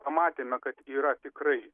pamatėme kad yra tikrai